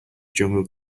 jungle